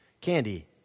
Candy